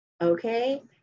Okay